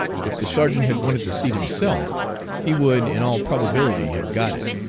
if the sergeant had wanted the seat himself he would in all probability have got it,